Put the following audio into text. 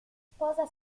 sposa